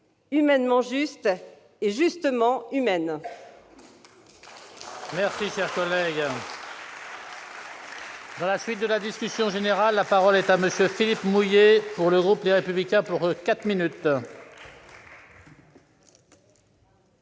humainement juste et justement humaine.